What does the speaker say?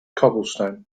cobblestone